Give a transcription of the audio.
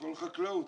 הכול חקלאות.